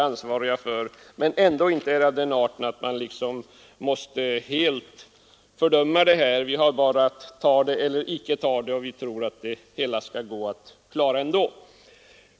Nackdelarna är ändå inte av den arten att beslutet helt måste fördömas. Vi har bara att ta det eller icke ta det, och vi tror att det hela skall gå att klara ändå.